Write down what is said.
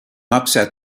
upset